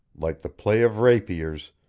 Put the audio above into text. like the play of rapiers,